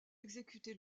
exécutée